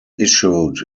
issued